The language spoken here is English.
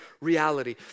reality